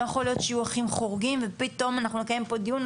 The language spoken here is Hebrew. לא יכול להיות שיהיו אחים חורגים ופתאום אנחנו נקיים פה דיון,